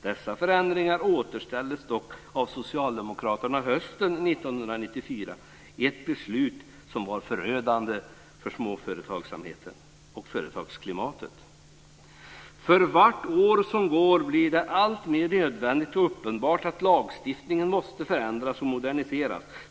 Dessa förändringar återställdes dock av socialdemokraterna hösten 1994 - ett beslut som var förödande för småföretagsamheten och företagsklimatet. För varje år som går blir det alltmer nödvändigt och uppenbart att lagstiftningen måste förändras och moderniseras.